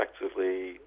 effectively